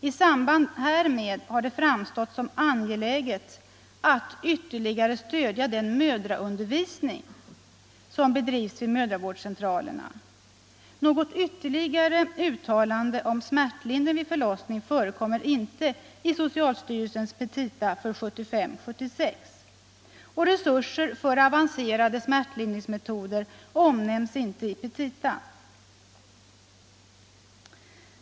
I samband härmed har det framstått som angeläget att ytterligare stödja den mödraundervisning, som bedrivs vid mödravårdscentralerna.” Något ytterligare uttalande om smärtlindring vid förlossning förekommer inte i socialstyrelsens petita 1975/76. Resurser för avancerade smärtlindringsmetoder omnämns inte i petitan.